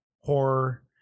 horror